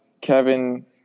Kevin